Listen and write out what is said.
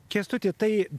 kęstuti tai